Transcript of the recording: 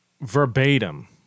verbatim